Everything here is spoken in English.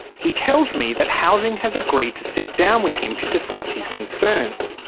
he tells me that housing has agreed to sit down with him to discuss his concerns.